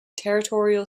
territorial